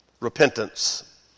Repentance